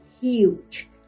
huge